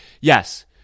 yes